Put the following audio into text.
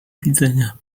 widzenia